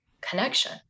connection